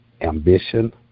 ambition